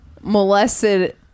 molested